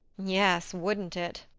yes wouldn't it!